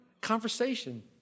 conversation